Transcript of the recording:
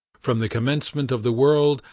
from the commencement of the world,